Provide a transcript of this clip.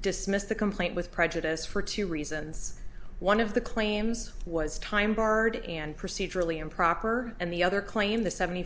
dismissed the complaint with prejudice for two reasons one of the claims was time barred and procedurally improper and the other claim the seventy